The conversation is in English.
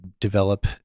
develop